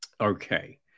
Okay